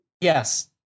Yes